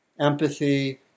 empathy